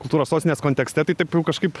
kultūros sostinės kontekste tai taip jau kažkaip